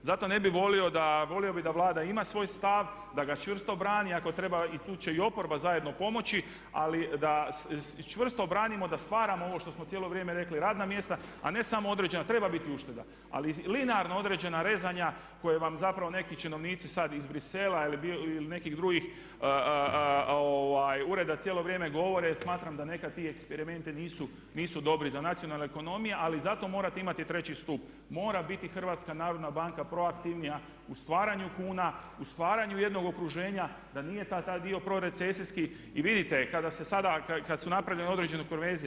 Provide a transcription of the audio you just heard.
Zato ne bih volio, volio bih da Vlada ima svoj stav, da ga čvrsto brani ako treba i tu će i oporba zajedno pomoći ali da čvrsto obranimo da stvaramo ovo što smo cijelo vrijeme rekli, a ne samo određena, treba biti ušteda ali linearno određena rezanja koje vam zapravo neki činovnici sad iz Bruxellesa ili nekih drugih ureda cijelo vrijeme govore, smatram da nekad ti eksperimenti nisu dobri za nacionalne ekonomije, ali zato morate imati treći stup, mora biti HNB pro aktivnija u stvaranju kuna, u stvaranju jednog okruženja, da nije to taj dio pro recesijski i vidite kada su sada napravljene određene konverzije.